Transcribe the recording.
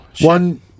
One